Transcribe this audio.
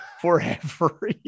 forever